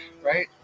right